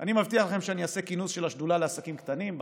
אני מבטיח לכם שאני אעשה כינוס של השדולה לעסקים קטנים בכנסת,